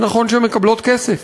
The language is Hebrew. זה נכון שהן מקבלות כסף,